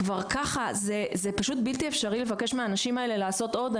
כבר ככה זה פשוט בלתי אפשרי לבקש מהאנשים האלה לעשות עוד,